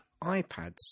iPads